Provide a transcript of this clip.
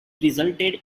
resulted